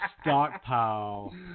stockpile